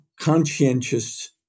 conscientious